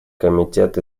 комитет